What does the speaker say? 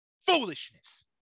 Foolishness